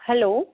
hello